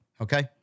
Okay